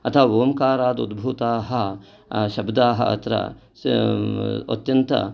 अतः ओम्कारात् उद्भूताः शब्दाः अत्र अत्यन्त